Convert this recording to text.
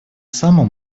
самым